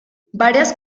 varias